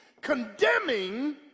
condemning